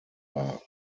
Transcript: war